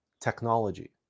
technology